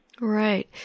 Right